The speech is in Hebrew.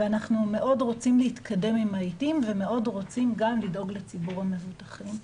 אנחנו מאוד רוצים להתקדם על העיתים ומאוד רוצים לדאוג לציבור המבוטחים.